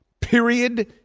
Period